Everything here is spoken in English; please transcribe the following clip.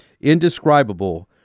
Indescribable